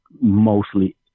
mostly